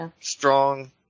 Strong